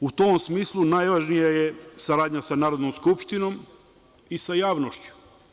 U tom smislu, najvažnija je saradnja sa Narodnom skupštinom i sa javnošću.